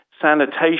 sanitation